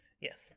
Yes